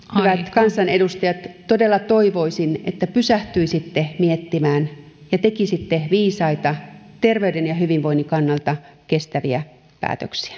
kansanedustajat todella toivoisin että pysähtyisitte miettimään ja tekisitte viisaita terveyden ja hyvinvoinnin kannalta kestäviä päätöksiä